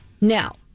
Now